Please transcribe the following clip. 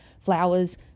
flowers